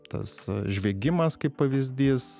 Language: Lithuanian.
tas žviegimas kaip pavyzdys